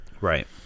Right